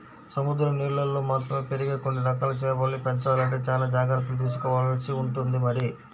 సముద్రం నీళ్ళల్లో మాత్రమే పెరిగే కొన్ని రకాల చేపల్ని పెంచాలంటే చానా జాగర్తలు తీసుకోవాల్సి ఉంటుంది మరి